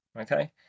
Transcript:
Okay